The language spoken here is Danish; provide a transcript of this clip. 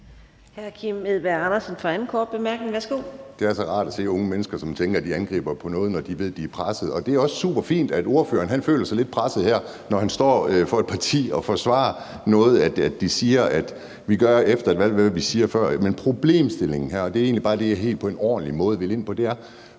altid rart at se unge mennesker, som tænker, at de må angribe, når de ved, de er presset. Og det er også superfint, at ordføreren føler sig lidt presset her, når han står og forsvarer sit parti med, at partiet gør efter et valg, hvad det siger før et valg. Men problemstillingen her i Folketingssalen – og det er egentlig bare det, jeg på en ordentlig måde vil ind på – er,